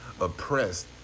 oppressed